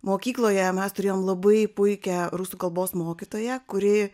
mokykloje mes turėjom labai puikią rusų kalbos mokytoją kuri